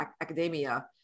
academia